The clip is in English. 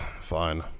fine